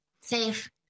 safe